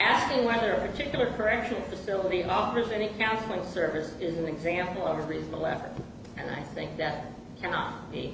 asking whether a particular correctional facility offers any counseling service is an example of a reasonable effort and i think that cannot be